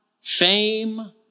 fame